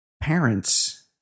parents